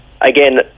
again